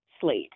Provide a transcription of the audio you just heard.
slate